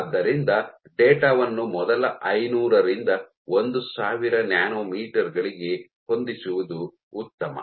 ಆದ್ದರಿಂದ ಡೇಟಾ ವನ್ನು ಮೊದಲ ಐನೂರರಿಂದ ಒಂದು ಸಾವಿರ ನ್ಯಾನೊಮೀಟರ್ ಗಳಿಗೆ ಹೊಂದಿಸುವುದು ಉತ್ತಮ